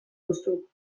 duzu